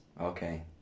Okay